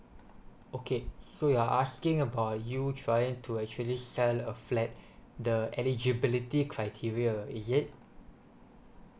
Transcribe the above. okay so you are asking about you try to actually sell a flat the eligibility criteria is it